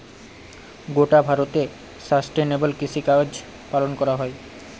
গোটা ভারতে সাস্টেইনেবল কৃষিকাজ পালন করা হয়